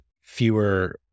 fewer